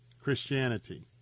Christianity